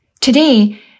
Today